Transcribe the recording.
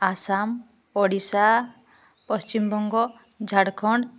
Assam Odisha Paschimbanga Jharkhand